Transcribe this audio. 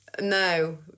No